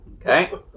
Okay